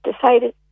decided